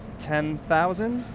ten thousand?